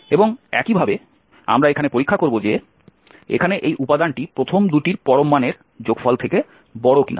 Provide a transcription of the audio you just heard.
এবং একইভাবে আমরা এখানে পরীক্ষা করব যে এখানে এই উপাদানটি প্রথম দুইটির পরম মানের যোগফল থেকে বড় কিনা